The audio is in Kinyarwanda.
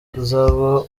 uzaba